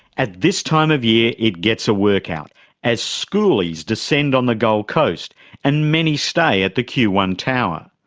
at this time of year it gets a workout as schoolies descend on the gold coast and many stay at the q one tower.